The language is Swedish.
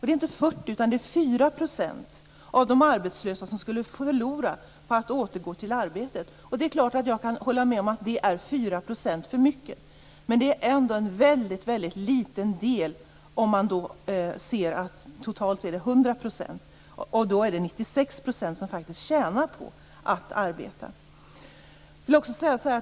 Det är inte 40 % utan 4 % av de arbetslösa som skulle förlora på att återgå till arbetet. Det är klart att jag kan hålla med om att det är 4 % för mycket. Men det är ändå en väldigt liten del om man ser till att av totalt 100 % är det 96 % som faktiskt tjänar på att arbeta.